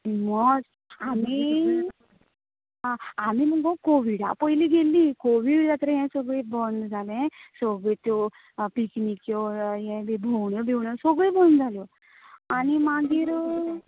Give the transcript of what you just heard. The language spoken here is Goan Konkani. वच आमी आमी मगो कोविडा पयली गेली कोविड जातगीर बंद जाले सगले त्यो पीकनीक्यो ये बी ते भोंवण्यो बिवण्यो सगले बंद जाल्यो आनी मागीर